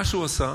מה שהוא עשה,